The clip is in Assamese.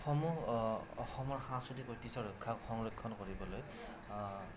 সমূহ অসমৰ সাংস্কৃতিক ঐতিহ্য ৰক্ষা সংৰক্ষণ কৰিবলৈ